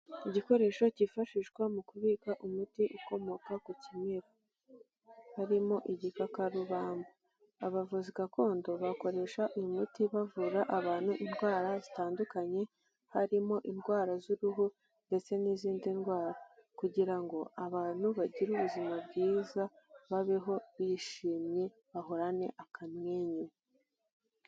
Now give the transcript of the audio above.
Igikoresho cyifashishwa mu kubika umuti ukomoka ku kimera, harimo igikakarubamba, abavuzi gakondo bakoresha imiti bavura abantu indwara zitandukanye, harimo indwara z'uruhu, ndetse n'izindi ndwara, kugira ngo abantu bagire ubuzima bwiza babeho bishimye bahorane akamwenyu.